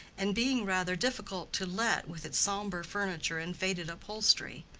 and being rather difficult to let with its sombre furniture and faded upholstery.